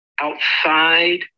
outside